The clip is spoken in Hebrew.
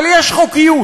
אבל יש חוקיות,